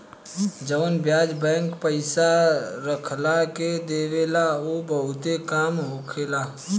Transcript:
जवन ब्याज बैंक पइसा रखला के देवेला उ बहुते कम होखेला